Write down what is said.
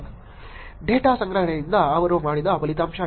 data ಸಂಗ್ರಹಣೆಯಿಂದ ಅವರು ಮಾಡಿದ ಫಲಿತಾಂಶ ಇದು